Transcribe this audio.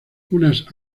unas